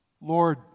Lord